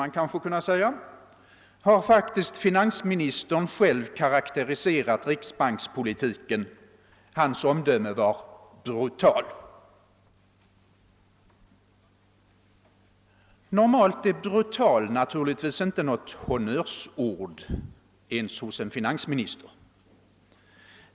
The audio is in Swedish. man kanske kunna säga — har faktiskt finansministern = själv karaktäriserat riksbankspolitiken. Hans omdöme om den var: »brutal». Normalt är ordet brutal naturligtvis inte något honnörsord ens hos en finansminister.